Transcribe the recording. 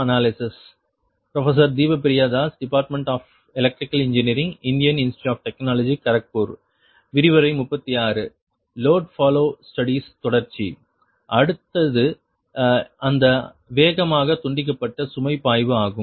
அடுத்தது அந்த வேகமாக துண்டிக்கப்பட்ட சுமை பாய்வு ஆகும்